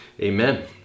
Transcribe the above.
amen